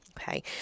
Okay